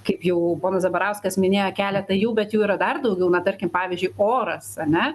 kaip jau ponas zabarauskas minėjo keletą jų bet jų yra dar daugiau na tarkim pavyzdžiui oras ane